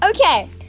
okay